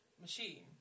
machine